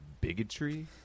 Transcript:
bigotry